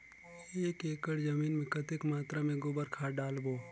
एक एकड़ जमीन मे कतेक मात्रा मे गोबर खाद डालबो?